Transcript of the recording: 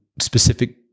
specific